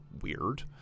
weird